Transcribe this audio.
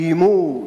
איימו,